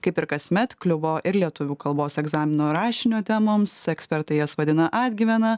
kaip ir kasmet kliuvo ir lietuvių kalbos egzamino rašinio temoms ekspertai jas vadina atgyvena